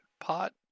pot